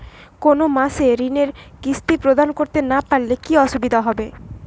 কোনো মাসে ঋণের কিস্তি প্রদান করতে না পারলে কি অসুবিধা হবে?